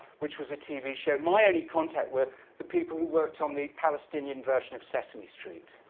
which was a tv show, my only contact were the people who worked on the palestinian version of sesame street.